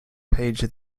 page